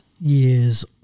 years